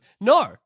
No